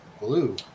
blue